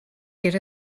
get